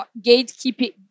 gatekeeping